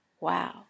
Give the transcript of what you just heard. wow